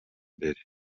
mbere